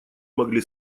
могли